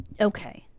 Okay